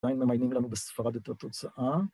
‫עדיין ממיינים לנו בספרד את התוצאה.